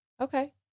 Okay